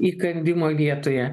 įkandimo vietoje